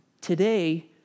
today